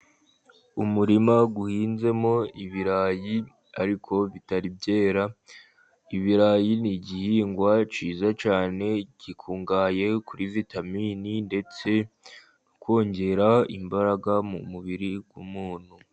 Umurima uhinzemo ibirayi ariko bitari byera, ibirayi ni igihingwa cyiza cyane gikungahaye kuri vitamini, ndetse no kongera imbaraga mu mubiri w'umuntu.